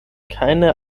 keine